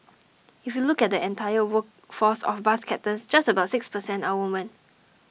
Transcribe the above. if you look at the entire workforce of bus captains just about six per cent are woman